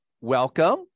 welcome